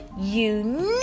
unique